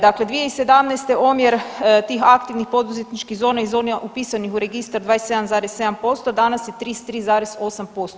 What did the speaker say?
Dakle, 2017. omjer tih aktivnih poduzetničkih zona i zona upisanih u registar 27,7% danas je 33,8%